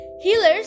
Healers